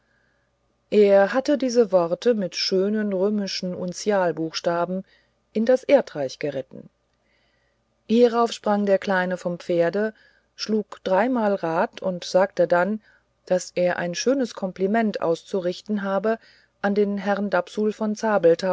er hatte diese worte mit schönen römischen unzial buchstaben in das erdreich geritten hierauf sprang der kleine vom pferde schlug dreimal rad und sagte dann daß er ein schönes kompliment auszurichten habe an den herrn dapsul von